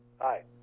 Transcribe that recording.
Hi